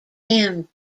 him